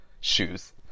shoes